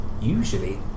usually